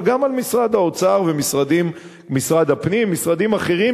אבל גם על משרד האוצר ומשרד הפנים ומשרדים אחרים,